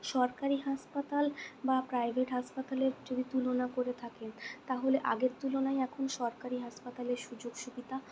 সরকারি হাসপাতাল বা প্রাইভেট হাসপাতালের যদি তুলনা করে থাকেন তাহলে আগের তুলনায় এখন সরকারি হাসপাতালের সুযোগ সুবিধা